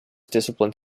discipline